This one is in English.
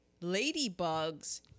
ladybugs